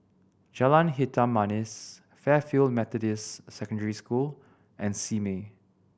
Jalan Hitam Manis Fairfield Methodist Secondary School and Simei